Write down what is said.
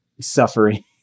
suffering